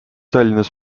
tallinnas